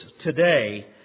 today